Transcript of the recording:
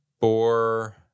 four